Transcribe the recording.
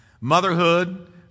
Motherhood